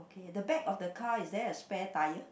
ya the back of the car is there a spare tyre